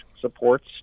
supports